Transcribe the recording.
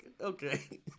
okay